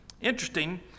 Interesting